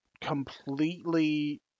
completely